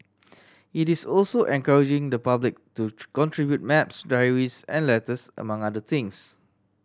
it is also encouraging the public to contribute maps diaries and letters among other things